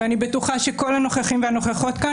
ואני בטוחה שכל הנוכחים והנוכחות כאן